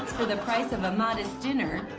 for the price of a modest dinner,